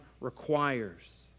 requires